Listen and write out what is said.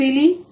ஸ்லிதி